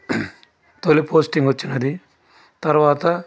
తొలి పోస్టింగ్ వచ్చినది తరువాత